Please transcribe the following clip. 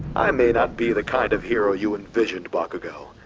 i may not be the kind of hero you envisioned, bakugo,